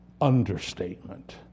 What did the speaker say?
understatement